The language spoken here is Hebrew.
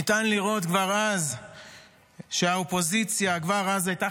ניתן לראות שהאופוזיציה כבר אז הייתה